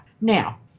Now